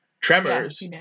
Tremors